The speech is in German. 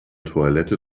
toilette